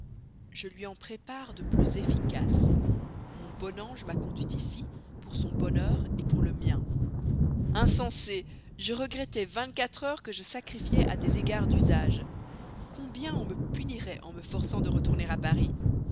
je lui en prépare de plus efficaces mon bon ange m'a conduit ici pour son bonheur pour le mien insensé je regrettais vingt-quatre heures que je sacrifiais à des égards d'usage combien on me punirait en me forçant de retourner à paris